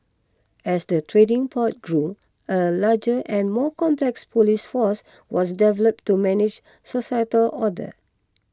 as the trading port grew a larger and more complex police force was developed to manage societal order